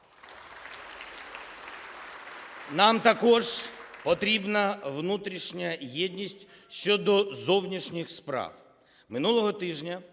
Нам також потрібна внутрішня єдність щодо зовнішніх справ.